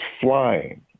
flying